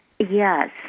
Yes